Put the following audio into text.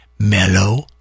Mellow